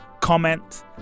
comment